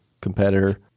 competitor